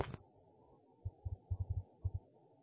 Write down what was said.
இதனால் அவர்கள் நிறுவனத்தைச் சார்ந்து இருப்பார்கள்